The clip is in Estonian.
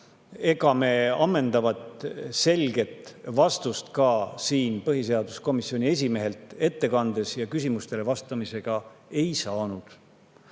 ega me ammendavat selget vastust ka põhiseaduskomisjoni esimehelt ei ettekandes ega küsimuste vastustes ei saanud.